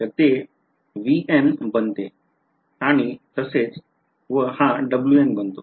तर ते VN बनते आणि तसेच व हा Wn बनतो